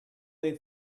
they